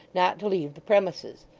not to leave the premises.